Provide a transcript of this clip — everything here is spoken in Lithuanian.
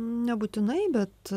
nebūtinai bet